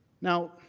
now,